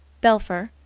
belpher,